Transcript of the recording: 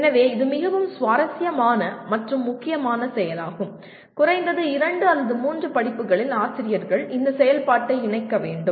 எனவே இது மிகவும் சுவாரஸ்யமான மற்றும் முக்கியமான செயலாகும் குறைந்தது 2 அல்லது 3 படிப்புகளில் ஆசிரியர்கள் இந்தச் செயல்பாட்டை இணைக்க வேண்டும்